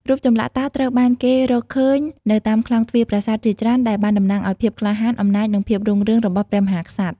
រូបចម្លាក់តោត្រូវបានគេរកឃើញនៅតាមខ្លោងទ្វារប្រាសាទជាច្រើន ដែលបានតំណាងឲ្យភាពក្លាហាន អំណាច និងភាពរុងរឿងរបស់ព្រះមហាក្សត្រ។